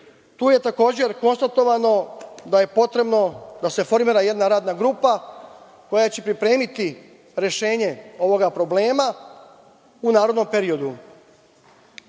Tu je, takođe, konstatovano da je potrebno da se formira jedna radna grupa koja će pripremiti rešenje ovog problema u narednom periodu. Održan